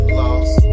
lost